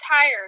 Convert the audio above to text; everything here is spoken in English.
tired